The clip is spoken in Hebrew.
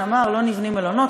אמר: לא נבנים מלונות,